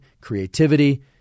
creativity